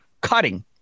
Cutting